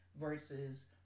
versus